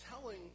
telling